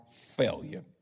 failure